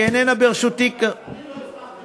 היא איננה ברשותי, אני לא הצלחתי